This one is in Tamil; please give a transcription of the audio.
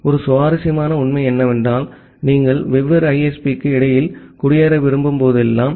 ஒரு சுவாரஸ்யமான உண்மை என்னவென்றால் நீங்கள் வெவ்வேறு ISP க்கு இடையில் குடியேற விரும்பும் போதெல்லாம்